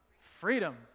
Freedom